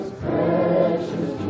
precious